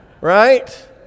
Right